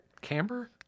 Camber